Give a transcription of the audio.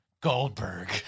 Goldberg